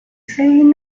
saying